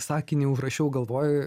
sakinį užrašiau galvoj